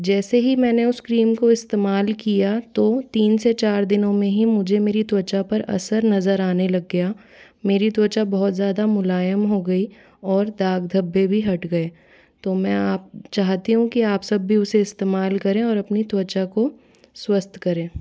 जैसे ही मैंने उस क्रीम को इस्तेमाल किया तो तीन से चार दिनो में ही मुझे मेरी त्वचा पर असर नज़र आने लग गया मेरी त्वचा बहुत ज़्यादा मुलायम हो गयी और दाग धब्बे भी हट गए तो मैं आप चाहती हूँ की सब भी उसे इस्तमाल करें और अपनी त्वचा को स्वस्थ करें